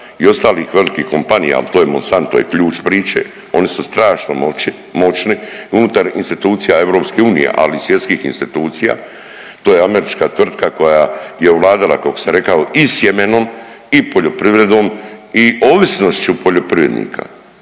i ostalih velikih kompanija, ali taj Monsanto je ključ priče, oni su strašno moćni unutar institucija EU, ali i svjetskih institucija. To je američka tvrtka koja je ovladala kako sam rekao i sjemenom i poljoprivredom i ovisnošću poljoprivrednika.